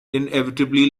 inevitably